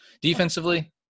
defensively